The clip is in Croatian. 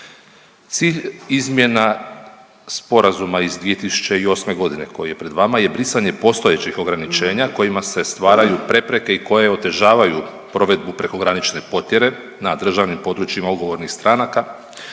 Cilj izmjena Sporazuma iz 2008. g. koji je pred vama je brisanje postojećih ograničenja kojima se stvaraju prepreke i koje otežavaju provedbu prekogranične potjere na državnim područjima ugovornih stranaka